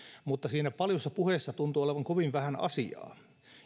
mutta siinä paljossa puheessa tuntuu olevan kovin vähän asiaa